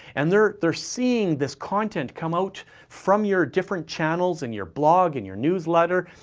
and they're they're seeing this content come out from your different channels in your blog, in your newsletter,